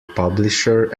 publisher